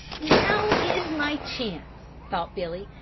now is my chance, thought billy,